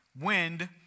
wind